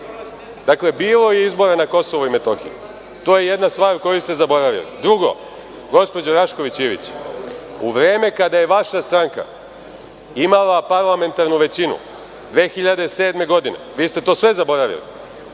Dakle, bilo je izbora na Kosovu i Metohiji. To je jedna stvar koju ste zaboravili. Drugo, gospođo Rašković-Ivić, u vreme kada je vaša stranka imala parlamentarnu većinu 2007. godine, vi ste to sve zaboravili,